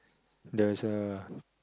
there's a